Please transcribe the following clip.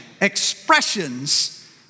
expressions